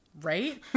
Right